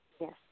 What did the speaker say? yes